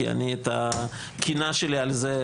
כי אני את הקינה שלי את זה,